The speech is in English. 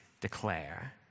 declare